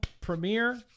premiere